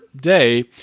day